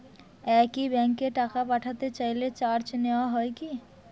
একই ব্যাংকে টাকা পাঠাতে চাইলে চার্জ নেওয়া হয় কি?